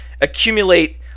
accumulate